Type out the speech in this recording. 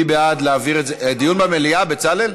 דיון במליאה, בצלאל?